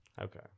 Okay